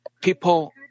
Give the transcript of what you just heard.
people